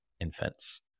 infants